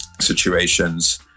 situations